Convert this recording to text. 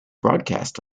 broadcast